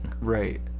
right